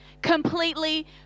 Completely